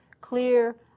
Clear